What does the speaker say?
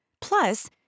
Plus